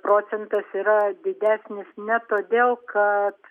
procentas yra didesnis ne todėl kad